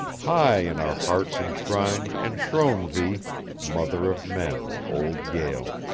high, in our hearts enshrined, enthrone thee, mother of men, old yale!